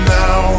now